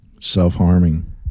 Self-harming